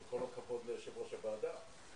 עם כל הכבוד ליושב ראש הוועדה,